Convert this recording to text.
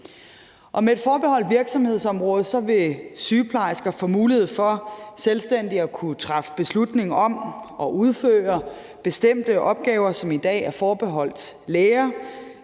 Med et forbeholdt virksomhedsområde vil sygeplejersker få mulighed for selvstændigt at kunne træffe beslutning om og udføre bestemte opgaver, som i dag er forbeholdt læger.